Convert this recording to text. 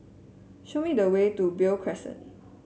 show me the way to Beo Crescent